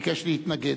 ביקש להתנגד,